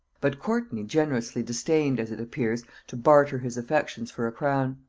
but courtney generously disdained, as it appears, to barter his affections for a crown.